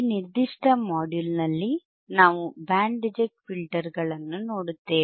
ಈ ನಿರ್ದಿಷ್ಟ ಮಾಡ್ಯೂಲ್ನಲ್ಲಿ ನಾವು ಬ್ಯಾಂಡ್ ರಿಜೆಕ್ಟ್ ಫಿಲ್ಟರ್ಗಳನ್ನು ನೋಡುತ್ತೇವೆ